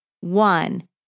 One